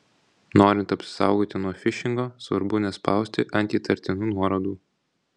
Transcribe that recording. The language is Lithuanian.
norint apsisaugoti nuo fišingo svarbu nespausti ant įtartinų nuorodų